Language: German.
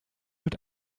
mit